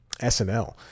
SNL